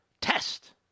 test